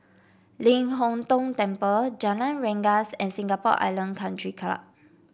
Ling Hong Tong Temple Jalan Rengas and Singapore Island Country Club